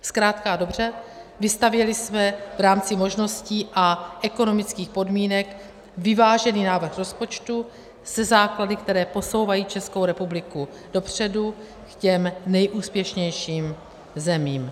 Zkrátka a dobře, vystavěli jsme v rámci možností a ekonomických podmínek vyvážený návrh rozpočtu se základy, které posouvají Českou republiku dopředu k těm nejúspěšnějším zemím.